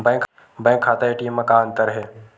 Bank खाता ATM मा का अंतर हे?